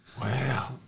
Wow